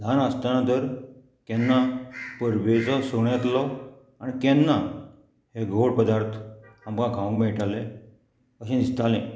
ल्हान आसतना धर केन्ना परबेचो सण येतलो आनी केन्ना हे गोड पदार्थ आमकां खावंक मेळटाले अशें दिसतालें